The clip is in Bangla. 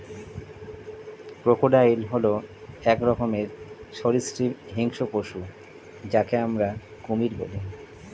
ক্রোকোডাইল হল এক রকমের সরীসৃপ হিংস্র পশু যাকে আমরা কুমির বলি